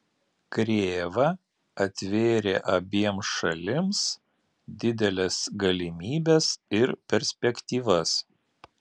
krėva atvėrė abiem šalims dideles galimybes ir perspektyvas